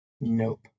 Nope